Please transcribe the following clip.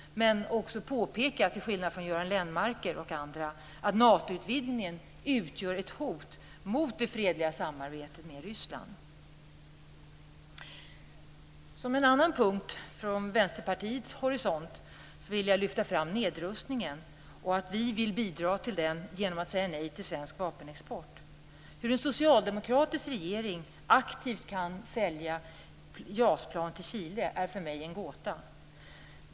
Jag vill dock påpeka att jag till skillnad från Göran Lennmarker och andra anser att Natoutvidgningen utgör ett hot mot det fredliga samarbetet med Ryssland. Jag vill också från Vänsterpartiets horisont lyfta fram nedrustningen. Vi vill bidra till den genom att säga nej till svensk vapenexport. Hur en socialdemokratisk regering aktivt kan sälja JAS-plan till Chile är för mig en gåta.